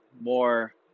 more